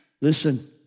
Listen